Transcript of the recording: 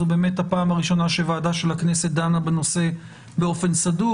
זו באמת הפעם הראשונה שוועדה של הכנסת דנה בנושא באופן סדור.